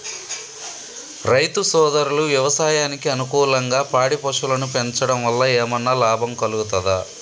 రైతు సోదరులు వ్యవసాయానికి అనుకూలంగా పాడి పశువులను పెంచడం వల్ల ఏమన్నా లాభం కలుగుతదా?